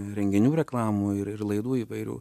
renginių reklamų ir ir laidų įvairių